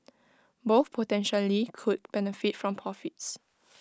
both potentially could benefit from profits